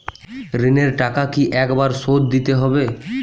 ঋণের টাকা কি একবার শোধ দিতে হবে?